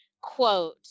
quote